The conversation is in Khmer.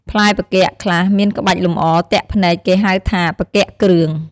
ផ្លែផ្គាក់ខ្លះមានក្បាច់លម្អទាក់ភ្នែក គេហៅថា "ផ្គាក់គ្រឿង" ។